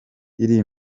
iri